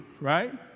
right